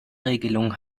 regelung